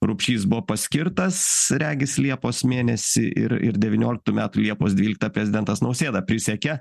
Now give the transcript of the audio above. rupšys buvo paskirtas regis liepos mėnesį ir ir devynioliktų metų liepos dvyliktą prezidentas nausėda prisiekė